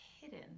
hidden